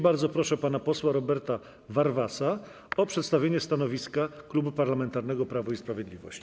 Bardzo proszę pana posła Roberta Warwasa o przedstawienie stanowiska Klubu Parlamentarnego Prawo i Sprawiedliwość.